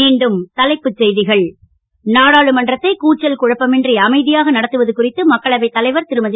மீண்டும் தலைப்புச் செய்திகள் நாடாளுமன்றத்தை கூச்சல் குழப்பமின்றி அமைதியாக நடத்துவது குறித்து மக்களவைத் தலைவர் திருகுமதி